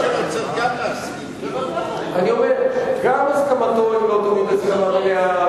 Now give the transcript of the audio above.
אני אומר שגם הסכמתו היא לא תמיד הסכמה מלאה,